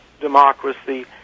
democracy